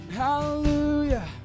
hallelujah